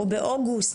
או באוגוסט,